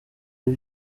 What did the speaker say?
ibi